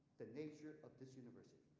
the nature of this university.